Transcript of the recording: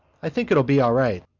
i think it'll be all right.